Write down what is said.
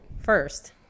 first